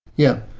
yeah.